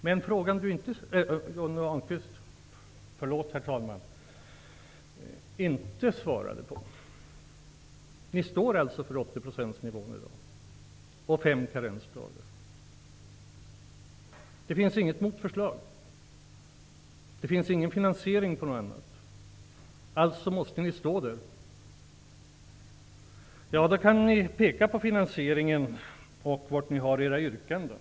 Men så till frågan som Johnny Ahlqvist inte svarade på. Ni står alltså i dag för 80-procentsnivån och fem karensdagar. Det finns inget motförslag, och det finns ingen finansiering för någonting annat. Därför måste ni stå där.